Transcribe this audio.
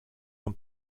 von